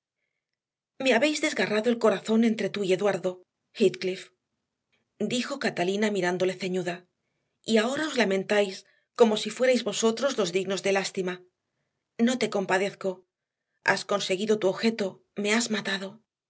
me habéis desgarrado el corazón entre tú y eduardo heathcliff dijo catalina mirándole ceñuda y ahora os lamentáis como si fuerais vosotros los dignos de lástima no te compadezco has conseguido tu objeto me has matado